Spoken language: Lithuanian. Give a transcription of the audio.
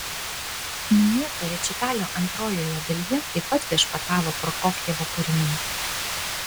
minėto rečitalio antrojoje dalyje taip pat viešpatavo prokofjevo kūriniai